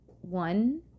one